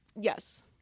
Yes